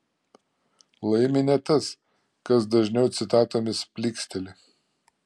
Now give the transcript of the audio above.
laimi ne tas kas dažniau citatomis plyksteli